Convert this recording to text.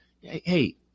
Hey